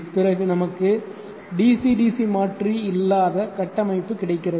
பிறகு நமக்கு dc dc மாற்றி இல்லாத கட்டமைப்பு கிடைக்கிறது